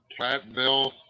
Platteville